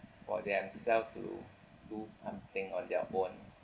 for them to sell to do something on their own